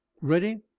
Ready